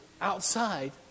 outside